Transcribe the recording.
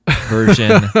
version